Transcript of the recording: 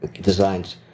designs